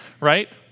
right